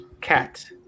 Cat